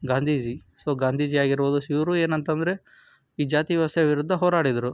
Gandhiji so ಗಾಂಧೀಜಿಯಾಗಿರ್ಬೋದು ಇವರು ಏನಂತ ಅಂದ್ರೆ ಈ ಜಾತಿ ವ್ಯವಸ್ಥೆ ವಿರುದ್ಧ ಹೋರಾಡಿದರು